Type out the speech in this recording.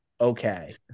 Okay